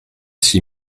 six